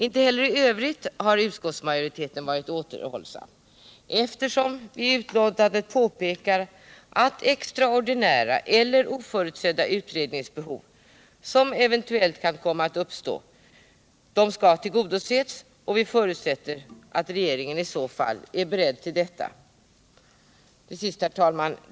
Inte heller i övrigt har utskottsmajoriteten varit återhållsam, eftersom vi i betänkandet påpekar att extraordinära eller oförutsedda utredningsbehov som eventuellt kommer att uppstå skall tillgodoses, och vi förutsätter att regeringen i så fall är beredd till detta.